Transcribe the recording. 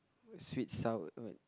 sweet sour wait